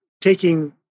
taking